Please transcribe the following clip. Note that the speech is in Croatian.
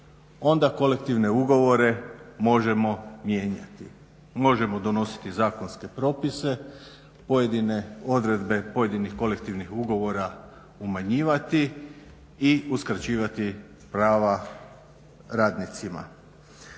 Onda kolektivne ugovore možemo mijenjati, možemo donositi zakonske propise, pojedine odredbe pojedinih kolektivnih ugovora umanjivati i uskraćivati prava radnicima.